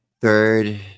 third